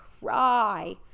cry